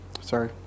Sorry